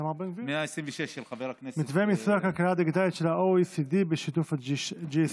איתמר בן גביר: מתווה מיסוי הכלכלה הדיגיטלית של ה-OECD בשיתוף ה-G20.